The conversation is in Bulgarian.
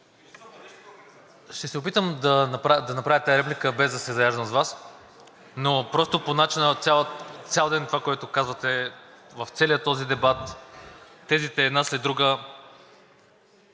ще се опитам да направя тази реплика, без да се заяждам с Вас, но цял ден това, което казвате, в целия този дебат, тезите една след друга